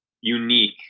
unique